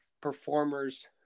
performers